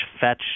fetch